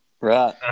right